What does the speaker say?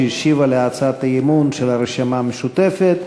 שהשיבה על הצעת האי-אמון של הרשימה המשותפת.